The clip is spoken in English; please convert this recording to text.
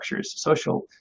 social